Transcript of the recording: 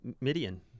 Midian